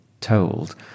told